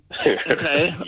Okay